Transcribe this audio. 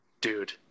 Dude